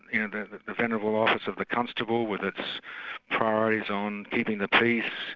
and the venerable office of the constable with its priorities on keeping the peace,